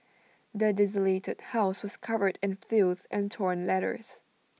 the desolated house was covered in filth and torn letters